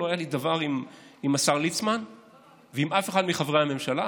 לא היה לי דבר עם השר ליצמן ועם אף אחד מחברי הממשלה,